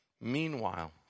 Meanwhile